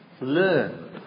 learn